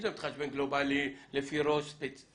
אם זה מתחשב גלובלי לפי ראש ספציפי,